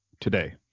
today